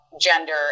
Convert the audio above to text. gender